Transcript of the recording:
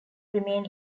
remain